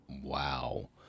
Wow